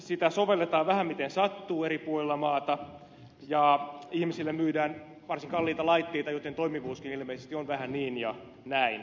sitä sovelletaan vähän miten sattuu eri puolilla maata ja ihmisille myydään varsin kalliita laitteita joiden toimivuuskin ilmeisesti on vähän niin ja näin